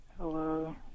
Hello